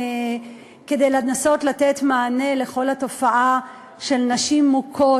כדי לנסות לתת מענה על כל התופעה של נשים מוכות.